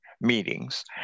meetings